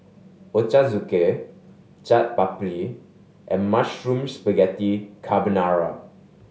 Ochazuke Chaat Papri and Mushroom Spaghetti Carbonara